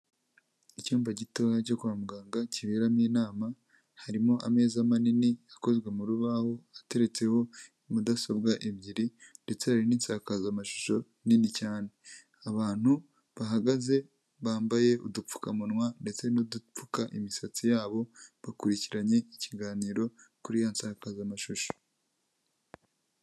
Icyumba gitoya cyo kwa muganga kiberamo inama, harimo ameza manini akozwe mu rubaho ateretseho mudasobwa ebyiri, ndetse hari n'isakazamashusho nini cyane. Abantu bahagaze bambaye udupfukamunwa ndetse n'udupfuka imisatsi yabo, bakurikiranye ikiganiro kuri ya nsankazamashusho.